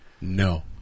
no